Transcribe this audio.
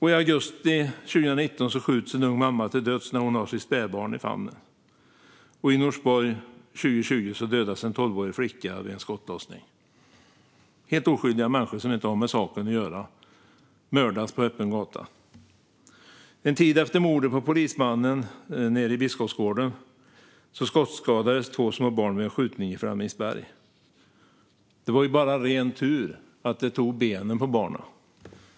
I augusti 2019 sköts en ung mamma till döds när hon hade sitt spädbarn i famnen, och i Norsborg 2020 dödades en tolvårig flicka vid en skottlossning. Helt oskyldiga människor som inte har med saken att göra mördas på öppen gata. En tid efter mordet på polismannen i Biskopsgården skottskadades två små barn vid en skjutning i Flemingsberg. Det var bara ren tur att skotten tog i benen på barnen.